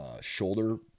shoulder